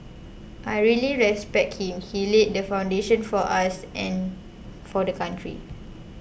I really respect him he laid the foundation for us and for the country